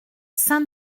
saint